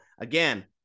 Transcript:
again